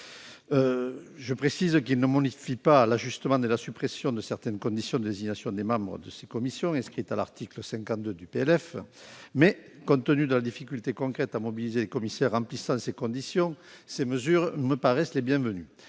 et CIID). Il ne modifie pas l'ajustement et la suppression de certaines conditions de désignation des membres de ces commissions, inscrites à l'article 52 du projet de loi de finances. Mais, compte tenu de la difficulté concrète à mobiliser des commissaires remplissant ces conditions, ces mesures me paraissent bienvenues.